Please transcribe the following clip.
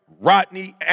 Rodney